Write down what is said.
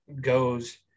goes